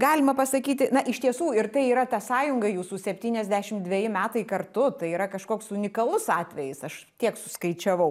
galima pasakyti na iš tiesų ir tai yra ta sąjunga jūsų septyniasdešim dveji metai kartu tai yra kažkoks unikalus atvejis aš tiek suskaičiavau